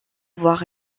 avoir